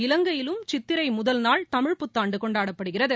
இலங்கையிலும் சித்திரைமுதல் நாள் தமிழ் புத்தாண்டுகொண்டாப்படுகிறது